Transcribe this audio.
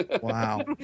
Wow